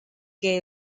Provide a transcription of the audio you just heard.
que